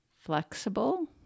flexible